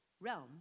realm